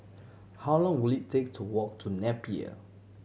how long will it take to walk to Napier